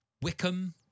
Wickham